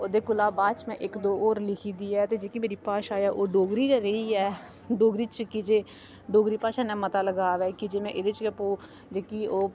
ओह्दे कोला बाद च मैं इक दो होर लिखी दी ऐ ते जेह्की मेरी भाशा ऐ ओह् डोगरी गै रेही ऐ डोगरी च कीजे डोगरी भाशा ने मता लगाव ऐ कीजे मैं एह्दे च गै पो जेह्की ओह्